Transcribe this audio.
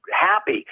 happy